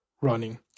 running